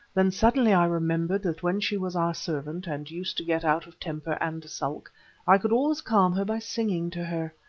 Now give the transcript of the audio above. then suddenly i remembered that when she was our servant, and used to get out of temper and sulk, i could always calm her by singing to her.